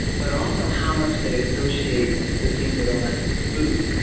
but also how much they associate the things they don't like with food,